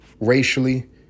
racially